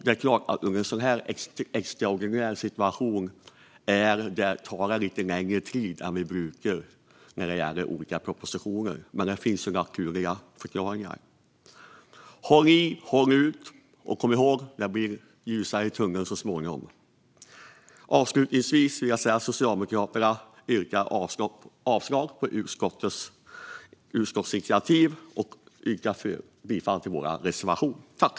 Det är klart att det i en sådan extraordinär situation tar lite längre tid än det brukar när det gäller olika propositioner, men det finns naturliga förklaringar. Håll i, håll ut och kom ihåg att det blir ljusare i tunneln så småningom! Avslutningsvis vill jag säga att Socialdemokraterna yrkar avslag på utskottsinitiativet och bifall till reservationen.